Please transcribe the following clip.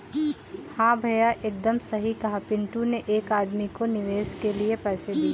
हां भैया एकदम सही कहा पिंटू ने एक आदमी को निवेश के लिए पैसे दिए